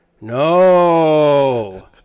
no